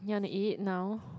you want to eat eat now